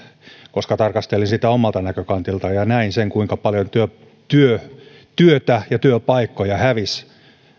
koska tarkastelin sitä omalta näkökantiltani ja näin kuinka paljon työtä ja työpaikkoja hävisi